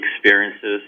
Experiences